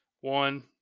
One